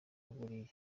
buriya